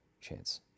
chance